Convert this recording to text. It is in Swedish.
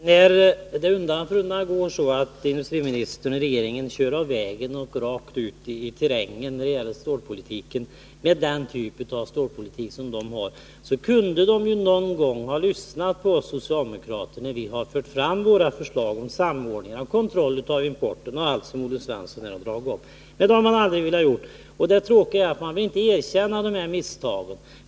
Herr talman! När det går så att industriministern och regeringen — med den typ av stålpolitik man bedriver — hela tiden kör av vägen och rakt ut i terrängen, kunde man någon gång ha lyssnat på oss socialdemokrater när vi har fört fram våra förslag om samordning, kontroll och export och allt det som Olle Svensson här har tagit upp. Men det har man aldrig velat göra. Och det tråkiga är att ni inte vill erkänna det här misstaget.